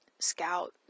scout